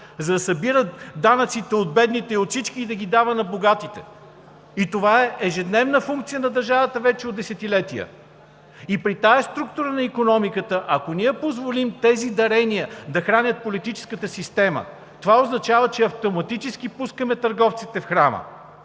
– да събира данъците от бедните и от всички, и да ги дава на богатите! Това е ежедневна функция на държавата вече от десетилетия! При тази структура на икономиката, ако ние позволим тези дарения да хранят политическата система – това означава, че автоматически пускаме търговците в храма!